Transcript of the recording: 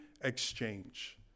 exchange